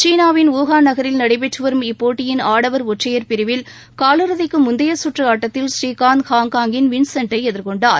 சீனாவின் யூகான் நகரில் நடைபெற்று வரும் இப்போட்டியின் ஆடவா் ஒற்றையா் பிரிவில் கால் இறுதிக்கு முந்தைய சுற்று ஆட்டத்தில் ஸ்ரீகாந்த் ஹாங்காங்கின் வின்செட்டை எதிர்கொண்டார்